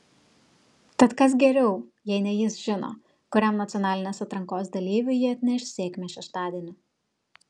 tad kas geriau jei ne jis žino kuriam nacionalinės atrankos dalyviui ji atneš sėkmę šeštadienį